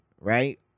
right